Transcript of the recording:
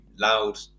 loud